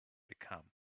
became